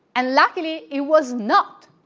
and luckily, it was not.